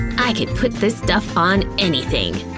i could put this stuff on anything.